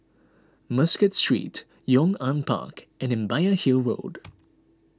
Muscat Street Yong An Park and Imbiah Hill Road